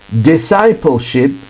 Discipleship